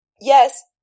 yes